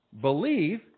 Believe